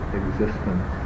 existence